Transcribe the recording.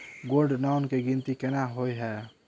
Gold loan केँ गिनती केना होइ हय?